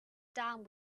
down